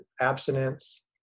abstinence